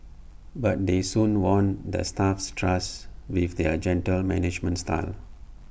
but they soon won the staff's trust with their gentle managerial style